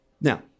Now